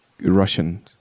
Russian